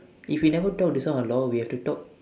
if you never talk this one !walao! we have to talk